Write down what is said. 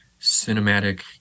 cinematic